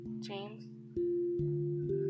James